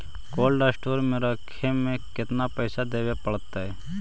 Cold store में रखे में केतना पैसा देवे पड़तै है?